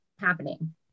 happening